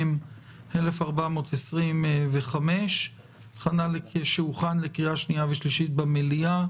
מ/1425 שהוכן לקריאה שנייה ושלישית במליאה.